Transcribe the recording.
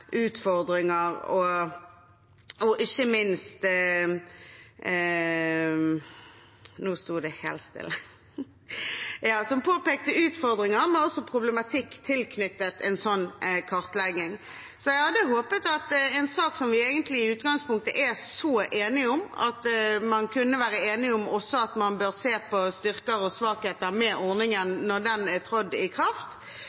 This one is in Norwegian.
utfordringer og ikke minst problematikk tilknyttet en slik kartlegging. Så jeg hadde håpet at i en sak som vi egentlig i utgangspunktet er så enige om, kunne man også være enige om at man bør se på styrker og svakheter